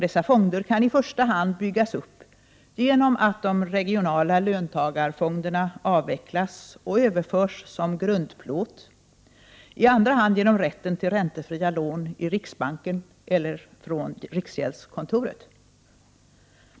Dessa fonder kan byggas upp i som grundplåt, i andra hand genom rätten till räntefria lån i riksbanken eller riksgäldskontoret.